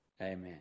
amen